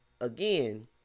again